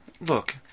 look